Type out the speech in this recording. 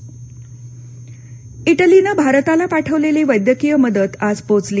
Italy मदत इटलीनं भारताला पाठवलेली वैद्यकीय मदत आज पोचली